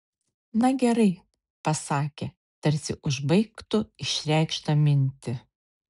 na gerai pasakė tarsi užbaigtų išreikštą mintį